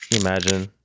Imagine